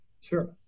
Sure